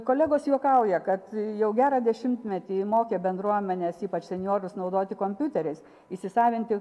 kolegos juokauja kad jau gerą dešimtmetį mokė bendruomenes ypač senjorus naudoti kompiuteriais įsisavinti